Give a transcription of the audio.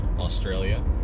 Australia